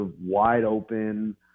wide-open